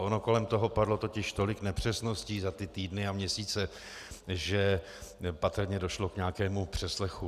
Ono kolem toho padlo totiž tolik nepřesností za týdny a měsíce, že patrně došlo k nějakému přeslechu.